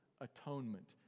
Atonement